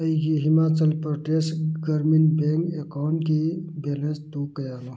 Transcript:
ꯑꯩꯒꯤ ꯍꯤꯃꯥꯆꯜ ꯄ꯭ꯔꯗꯦꯁ ꯒ꯭ꯔꯥꯃꯤꯟ ꯕꯦꯡ ꯑꯦꯛꯀꯥꯎꯟꯀꯤ ꯕꯦꯂꯦꯟꯁꯇꯨ ꯀꯌꯥꯅꯣ